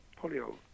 polio